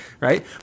right